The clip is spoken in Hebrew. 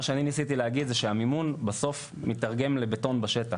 מה שאני ניסיתי להגיד זה שהמימון בסוף מתרגם לבטון בשטח.